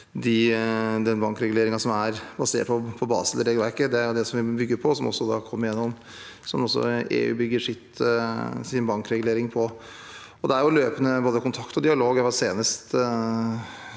den bankreguleringen som er basert på Basel-regelverket. Det er det vi må bygge på, og som også EU bygger sin bankregulering på. Det er også løpende kontakt og dialog.